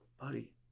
buddy